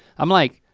i'm like,